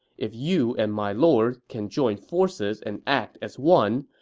if you and my lord can join forces and act as one,